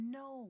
no